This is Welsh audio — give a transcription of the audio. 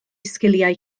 sgiliau